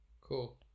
Cool